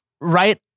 right